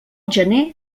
gener